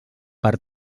per